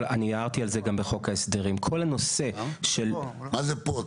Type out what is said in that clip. אני הערתי על זה גם בחוק ההסדרים --- מה זה פה?